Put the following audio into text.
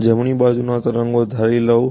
જમણી બાજુના તરંગો ધારી લઈએ